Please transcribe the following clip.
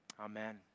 Amen